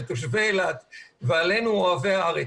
על תושבי אילת ועלינו אוהבי הארץ.